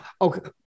Okay